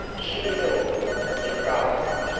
she was awed, surprised,